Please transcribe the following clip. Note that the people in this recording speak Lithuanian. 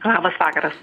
labas vakaras